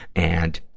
and,